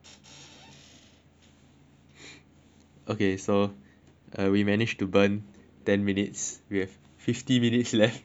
okay so we managed to burn ten minutes we have fifty minutes left